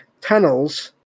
tunnels